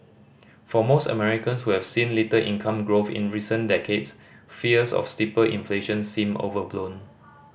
for most Americans who have seen little income growth in recent decades fears of steeper inflation seem overblown